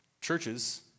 churches